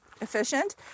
efficient